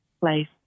place